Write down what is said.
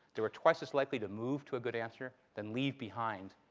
they were twice as likely to move to a good answer than leave behind